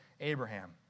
Abraham